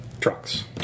trucks